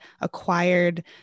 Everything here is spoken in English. acquired